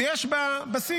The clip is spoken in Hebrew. ויש בה בסיס,